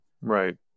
Right